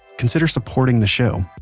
consider supporting the show.